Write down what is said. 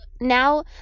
Now